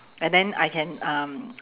and then I can um